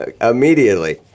Immediately